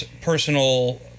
personal